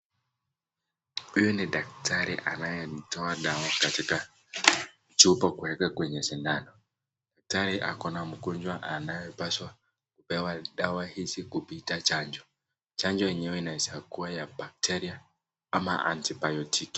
Huyu ni daktari anayetoa dawa katika chupa kueka kwenye sindano. Daktari ako na mgonjwa anayepaswa kupewa dawa hizi kupita chanjo. Chanjo yenyewe inaeza kua ya bacteria ama antibiotic .